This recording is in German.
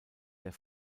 der